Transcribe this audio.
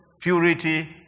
purity